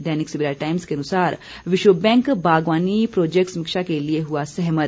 दैनिक Savera Times के अनुसार विश्व बैंक बागवानी प्रोजेक्ट समीक्षा के लिये हुआ सहमत